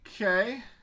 Okay